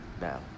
Now